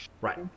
Right